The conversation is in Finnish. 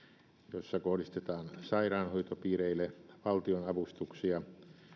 jossa kohdistetaan sairaanhoitopiireille valtionavustuksia